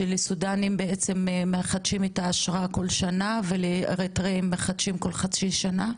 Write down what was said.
שלסודנים בעצם מחדשים את האשרה כל שנה ולאריתראים מחדשים כל חצי שנה?